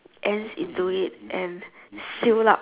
ants into it and seal up